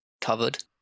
covered